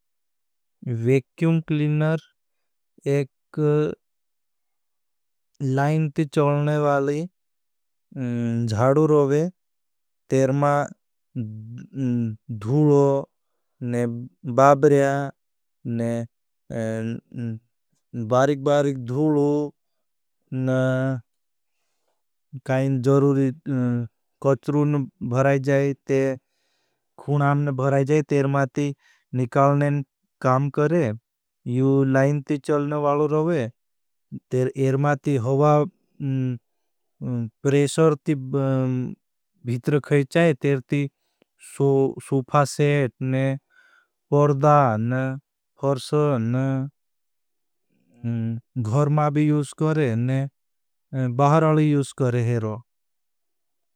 Vacuum cleaner, एक line ती चलने वाली ज्जाडू रोवे। तेरमा धूलों ने बाबर्या ने बारिक बारिक धूलों ने काई ज़रूरी कच्रून भराई जाए। ते खुणाम ने भराई जाए तेरमा ती निकालने ख़ुणाम ने भराई जाए तेरमा ती निकालने क काम करे। यू लाइन ती चलने वाली रोवे, तेर एरमा ती हवा प्रेशर ती भीतर खैचाए। तेर ती सूफा सेट ने पर्दा ने फर्सन ने घर मा भी यूज़ करे ने बाहर अले यूज़ करे हेरो